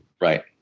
Right